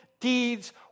deeds